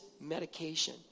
medication